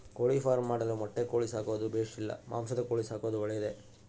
ಕೋಳಿಫಾರ್ಮ್ ಮಾಡಲು ಮೊಟ್ಟೆ ಕೋಳಿ ಸಾಕೋದು ಬೇಷಾ ಇಲ್ಲ ಮಾಂಸದ ಕೋಳಿ ಸಾಕೋದು ಒಳ್ಳೆಯದೇ?